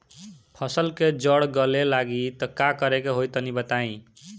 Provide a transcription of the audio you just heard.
फसल के जड़ गले लागि त का करेके होई तनि बताई?